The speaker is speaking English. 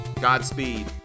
Godspeed